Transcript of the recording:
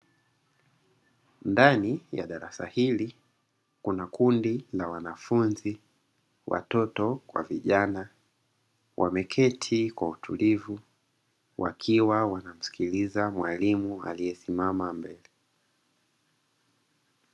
Ndani ya darasa hili kuna kundi la wanafunzi, watoto kwa vijana wameketi kwa utulivu wakiwa wanamsikiliza mwalimu aliyesimama mbele.